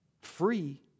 Free